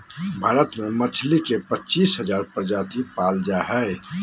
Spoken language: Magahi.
भारत में मछली के पच्चीस हजार प्रजाति पाल जा हइ